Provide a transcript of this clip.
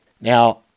Now